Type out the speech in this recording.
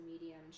medium